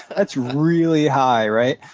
that's really high, right?